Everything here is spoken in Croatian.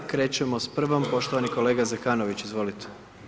Krećemo s prvom, poštovani kolega Zekanović, izvolite.